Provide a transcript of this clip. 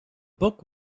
book